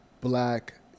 black